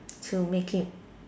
to make it